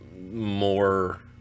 more